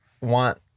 want